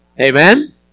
Amen